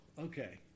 okay